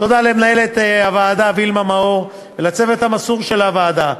תודה למנהלת הוועדה וילמה מאור ולצוות המסור של הוועדה,